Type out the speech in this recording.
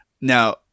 Now